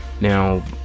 now